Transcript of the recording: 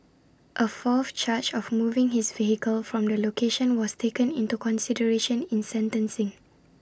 A fourth charge of moving his vehicle from the location was taken into consideration in sentencing